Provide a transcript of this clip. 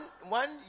one